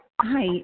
Hi